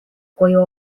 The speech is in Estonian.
koju